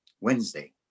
Wednesday